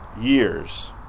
years